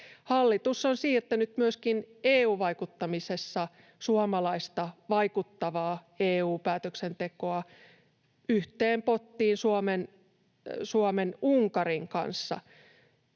Hallitus on myöskin siirtänyt EU-vaikuttamisessa suomalaista vaikuttavaa EU-päätöksentekoa yhteen pottiin Unkarin kanssa,